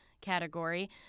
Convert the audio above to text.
category